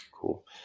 Cool